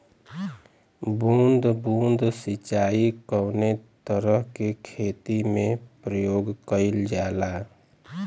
बूंद बूंद सिंचाई कवने तरह के खेती में प्रयोग कइलजाला?